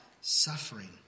suffering